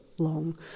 long